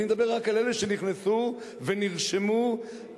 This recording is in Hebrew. אני מדבר רק על אלה שנכנסו ונרשמו על-ידי